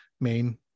main